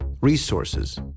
resources